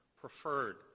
preferred